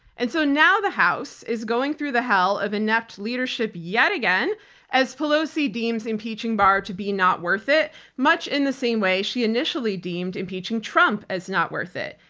and so now the house is going through the hell of inept leadership yet again as pelosi deems impeaching barr to be not worth it much in the same way she initially deemed impeaching trump as not worth it.